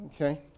Okay